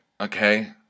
okay